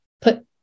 put